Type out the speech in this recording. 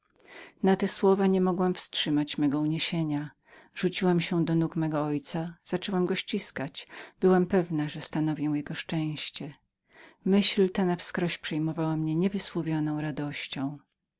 na te słowa nie mogłam wstrzymać mego uniesienia rzuciłam się do nóg mego ojca zaczęłam go ściskać byłam przekonaną że stanowiłam jego szczęście myśl ta wskróś przejmowała mnie niewysłowioną radością